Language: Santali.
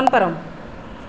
ᱫᱚᱱ ᱯᱟᱨᱚᱢ